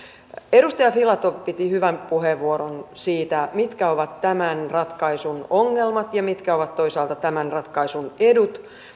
edustaja filatov piti hyvän puheenvuoron siitä mitkä ovat tämän ratkaisun ongelmat ja mitkä ovat toisaalta tämän ratkaisun edut